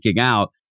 out